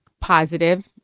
positive